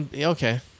Okay